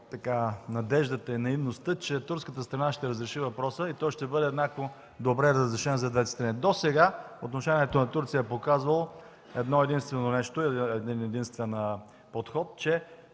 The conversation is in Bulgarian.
надеждата и наивността, че турската страна ще разреши въпроса и той ще бъде еднакво добре разрешен за двете страни. Досега отношението на Турция е показало едно единствено нещо, един-единствен подход, че